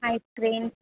ice cream